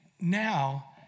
now